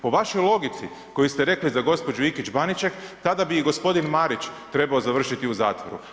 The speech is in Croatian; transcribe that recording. Po vašoj logici koju ste rekli za gospođu Ikić Baniček tada bi i gospodin Marić trebao završiti u zatvoru.